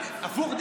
הפוך,